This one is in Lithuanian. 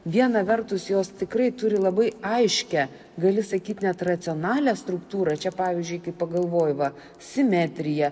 viena vertus jos tikrai turi labai aiškią gali sakyt net racionalią struktūrą čia pavyzdžiui kai pagalvoji va simetrija